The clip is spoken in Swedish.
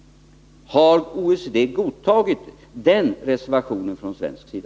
Har OECD godtagit den reservationen från svensk sida?